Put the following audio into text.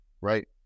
right